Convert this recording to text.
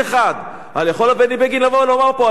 אבל יכול בני בגין לבוא ולומר פה: אנחנו נותנים.